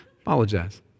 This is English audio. Apologize